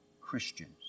Christians